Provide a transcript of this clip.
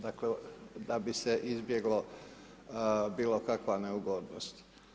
Dakle da bi se izbjeglo bilo kakva neugodnost.